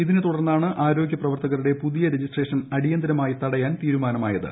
ഇതിനെ തുടർന്നാണ് ആരോഗ്യ പ്രവർത്തകരുടെ പുതിയ രജിസ്ട്രേഷൻ അടിയന്തിരമായി തടയാൻ തീരുമാനമായത്